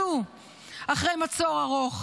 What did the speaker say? שנפרצו אחרי מצור ארוך,